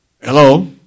Hello